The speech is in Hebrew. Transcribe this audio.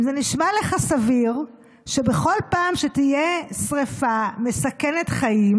אם זה נשמע לך סביר שבכל פעם שתהיה שרפה מסכנת חיים